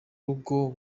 rugo